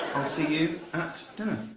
will see you at dinner.